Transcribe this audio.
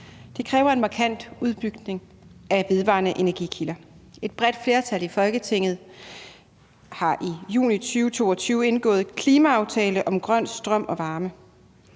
Det kræver en markant udbygning af vedvarende energikilder. Et bredt flertal i Folketinget har i juni 2022 indgået en klimaaftale om grøn strøm og varme.